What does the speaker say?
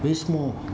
very small